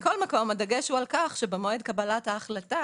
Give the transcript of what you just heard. בכל מקרה הדגש הוא על כך שבמועד קבלת ההחלטה